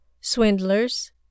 swindlers